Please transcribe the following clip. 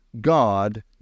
God